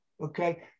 okay